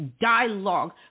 dialogue